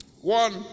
One